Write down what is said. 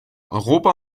europa